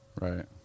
Right